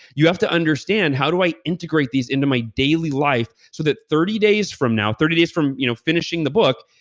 you have to understand, how do i integrate these into my daily life so that thirty days from now, thirty days from you know finishing the book,